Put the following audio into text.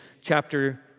chapter